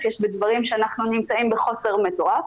יש דברים שאנחנו נמצאים בחוסר מטורף